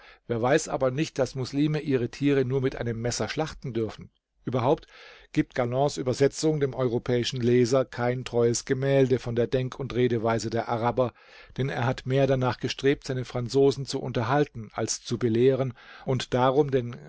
wer weiß aber nicht daß moslime ihre tiere nur mit einem messer schlachten dürfen überhaupt gibt gallands übersetzung dem europäischen leser kein treues gemälde von der denk und redeweise der araber denn er hat mehr danach gestrebt seine franzosen zu unterhalten als zu belehren und darum den